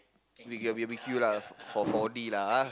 we can barbecue lah for four D lah ah